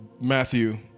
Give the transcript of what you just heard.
Matthew